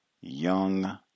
young